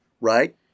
Right